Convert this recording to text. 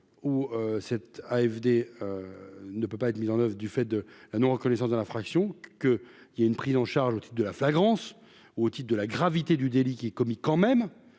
où cette AFD ne peut pas être mise en oeuvre du fait de la non-reconnaissance de l'infraction que il y a une prise en charge au titre de la flagrance otite de la gravité du délit qui commis quand même